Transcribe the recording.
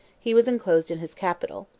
he was enclosed in his capital,